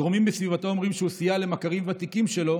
גורמים בסביבתו אומרים שהוא סייע למכרים ותיקים שלו